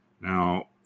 now